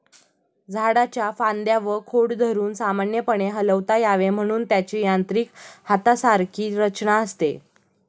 झाडाच्या फांद्या व खोड धरून सामान्यपणे हलवता यावे म्हणून त्याची यांत्रिक हातासारखी रचना असते